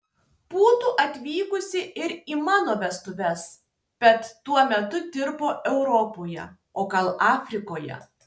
būtų atvykusi ir į mano vestuves bet tuo metu dirbo europoje o gal afrikoje